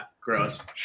gross